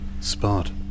spot